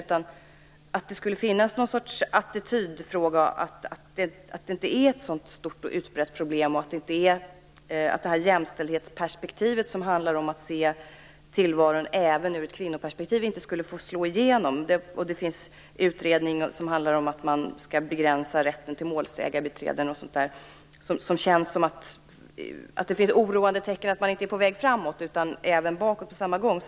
Det kommer signaler om att det skulle finnas en attityd att detta inte är ett så stort och utbrett problem och att jämställdhetsperspektivet, som handlar om att se tillvaron även i ett kvinnoperspektiv, inte skulle få slå igenom. Det finns en utredning som handlar om att begränsa rätten till målsägandebiträde. Det finns oroande tecken på att man inte är på väg framåt utan även bakåt på samma gång.